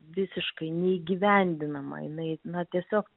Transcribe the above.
visiškai neįgyvendinama jinai na tiesiog